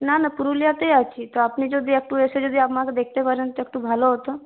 না না পুরুলিয়াতেই আছি তো আপনি যদি একটু এসে যদি আমাকে দেখতে পারেন তো একটু ভালো হতো